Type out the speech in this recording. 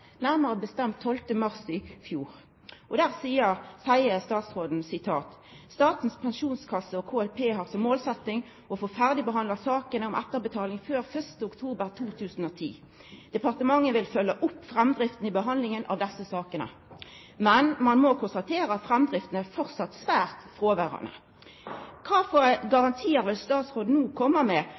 nærmare bestemt 12. mars i fjor. I svar på skriftleg spørsmål seier statsråden: «Statens pensjonskasse og KLP har som målsetting å få ferdigbehandlet sakene om etterbetaling før 1. oktober 2010. Departementet vil følge opp framdriften i behandlingen av disse sakene.» Ein må konstatera at framdrifta framleis er svært fråverande . Kva garantiar vil statsråden no komma med,